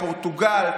פורטוגל,